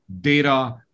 data